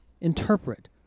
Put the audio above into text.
interpret